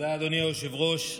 אדוני היושב-ראש,